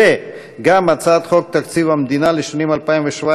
וגם בהצעת חוק תקציב המדינה לשנים 2017